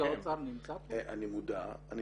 מודע לזה שזה לא רק הם.